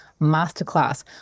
Masterclass